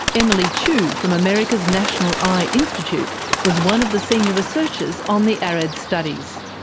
emily chew from america's national eye institute was one of the senior researchers on the areds studies.